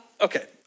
okay